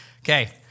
Okay